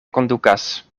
kondukas